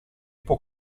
può